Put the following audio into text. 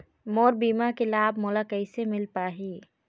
मोर बीमा के लाभ मोला कैसे मिल पाही?